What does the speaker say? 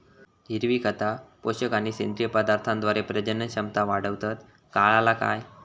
हिरवी खता, पोषक आणि सेंद्रिय पदार्थांद्वारे प्रजनन क्षमता वाढवतत, काळाला काय?